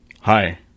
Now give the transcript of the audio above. Hi